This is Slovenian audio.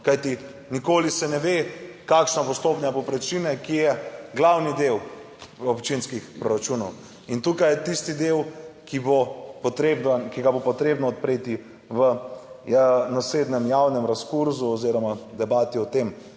kajti nikoli se ne ve, kakšna bo stopnja povprečnine, ki je glavni del občinskih proračunov, in tukaj je tisti del, ki bo potrebno, ki ga bo potrebno odpreti v naslednjem javnem raskurzu oziroma debati o tem.